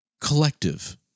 collective